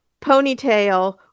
ponytail